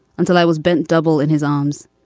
until i was bent double in his arms,